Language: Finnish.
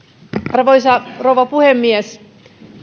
arvoisa rouva puhemies